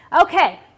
okay